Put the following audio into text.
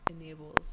enables